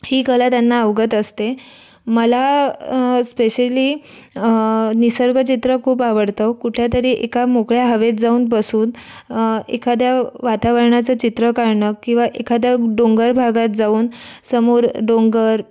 ही कला त्यांना अवगत असते मला स्पेशली निसर्ग चित्र खूप आवडतो कुठंतरी एका मोकळ्या हवेत जाऊन बसून एखाद्या वातावरणाचं चित्र काढणं किंवा एखाद्या डोंगर भागात जाऊन समोर डोंगर